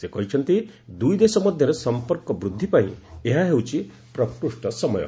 ସେ କହିଛନ୍ତି ଦୁଇଦେଶ ମଧ୍ୟରେ ସଫପର୍କ ବୃଦ୍ଧି ପାଇଁ ଏହା ହେଉଛି ପ୍ରକୃଷ୍ଟ ସମୟ